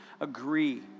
agree